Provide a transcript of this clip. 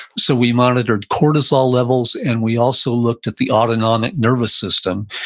so we monitored cortisol levels, and we also looked at the autonomic nervous system,